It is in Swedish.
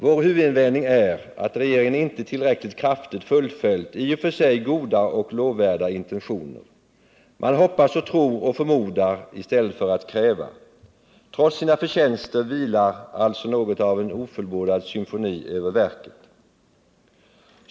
Vår huvudinvändning är att regeringen inte tillräckligt kraftfullt fullföljt i och för sig goda och lovvärda intentioner. Man hoppas, tror och förmodar i stället för att kräva. Trots sina förtjänster vilar något av en ofulllbordad symfoni över verket.